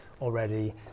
already